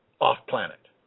off-planet